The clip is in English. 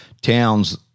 towns